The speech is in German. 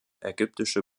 ägyptische